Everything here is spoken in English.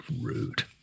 rude